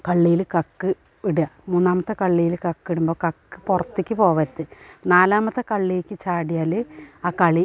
കള്ളിയിൽ കക്ക് ഇടുക മൂന്നാമത്തെ കള്ളിയിൽ കക്ക് ഇടുമ്പം കക്ക് പുറത്തേക്കു പോകരുത് നാലാമത്തെ കള്ളിയിലേക്കു ചാടിയാൽ ആ കളി